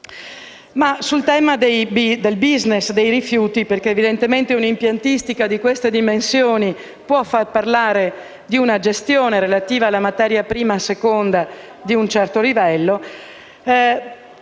ora al tema del *business* dei rifiuti. Evidentemente, un'impiantistica di queste dimensioni può far parlare di una gestione relativa alla materia prima e seconda di un alto livello